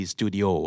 Studio